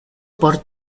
por